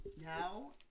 Now